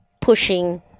pushing